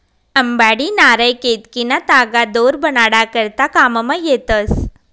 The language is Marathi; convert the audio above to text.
अंबाडी, नारय, केतकीना तागा दोर बनाडा करता काममा येतस